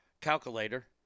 calculator